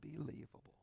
unbelievable